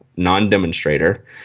non-demonstrator